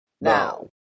now